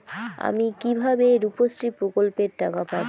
আমি কিভাবে রুপশ্রী প্রকল্পের টাকা পাবো?